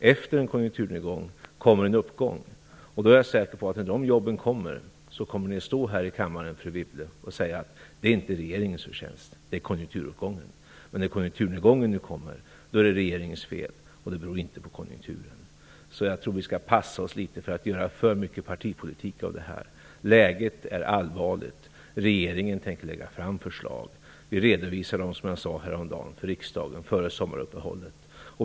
Efter en konjunkturnedgång kommer en uppgång. När de jobben kommer är jag säker på att ni kommer att stå här i kammaren, fru Wibble, och säga att det inte är regeringens förtjänst - det är konjunkturuppgångens. Men när konjunkturnedgången nu kommer är det regeringens fel, och det beror inte på konjunkturen. Jag tror att vi skall passa oss för att göra för mycket partipolitik av detta. Läget är allvarligt. Regeringen tänker lägga fram förslag. Vi redovisar dem, som jag sade häromdagen, för riksdagen före sommaruppehållet.